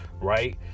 Right